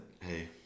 hey